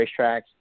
racetracks